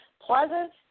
pleasant